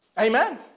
Amen